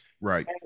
Right